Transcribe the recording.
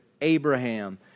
Abraham